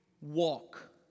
walk